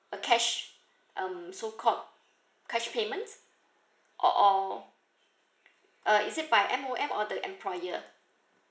uh cash um so called cash payment or or uh is it by M_O_M or the employer